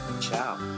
Ciao